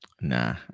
nah